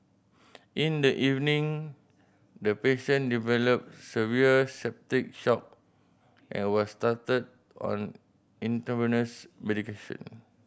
in the evening the patient developed severe septic shock and was started on intravenous medication